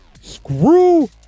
screw